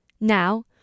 Now